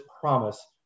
promise